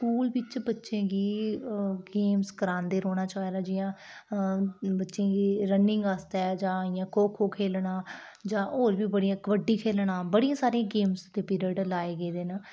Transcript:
school बिच्च बच्चें गी गेम्स करांदे रौह्ना चाहिदा जियां बच्चें गी रनिंग आस्तै जां इयां खो खो खेलना जां होर बी बड़ियां कबड्डी खेलना बड़ियां सारियां गेम्स दे पीरियड लाए गेदे न